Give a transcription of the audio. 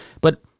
But-